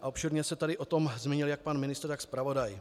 Obšírně se tady o tom zmínil jak pan ministr, tak zpravodaj.